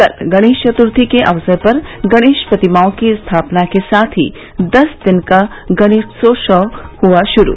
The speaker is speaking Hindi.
कल गणेश चत्र्थी के अवसर पर गणेश प्रतिमाओं की स्थापना के साथ ही दस दिन का गणेशोत्सव हुआ शुरू